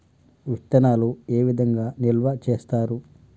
విత్తనాలు ఏ విధంగా నిల్వ చేస్తారు?